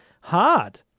hard